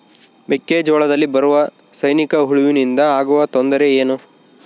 ಮೆಕ್ಕೆಜೋಳದಲ್ಲಿ ಬರುವ ಸೈನಿಕಹುಳುವಿನಿಂದ ಆಗುವ ತೊಂದರೆ ಏನು?